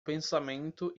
pensamento